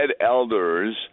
elders